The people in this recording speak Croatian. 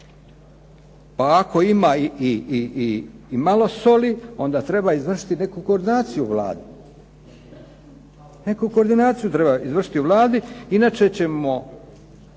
Pa ako ima i malo soli, treba izvršiti neku koordinaciju u Vladi. Neku koordinaciju treba izvršiti u Vladi. Inače ćemo